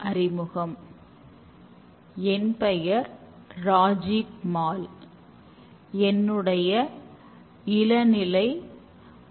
எந்தொரு software தயாரிப்பு நிறுவனத்திலும் நிறைய திட்டங்கள் எiஐல் டெவலப்மெண்ட் பயிற்சிகளை மேற்கொண்டுள்ளன